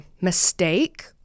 mistake